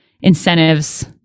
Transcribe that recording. incentives